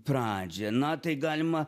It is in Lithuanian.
pradžią na tai galima